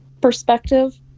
perspective